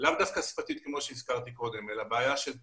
לאו דווקא שפתית כמו שהזכרתי קודם אלא בעיה של טכנולוגיה,